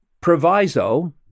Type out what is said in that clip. proviso